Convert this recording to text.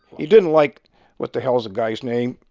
he didn't like what the hell's the guy's name?